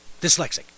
Dyslexic